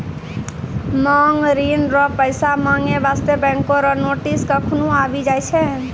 मांग ऋण रो पैसा माँगै बास्ते बैंको रो नोटिस कखनु आबि जाय छै